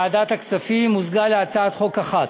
הכספים, מוזגו להצעת חוק אחת.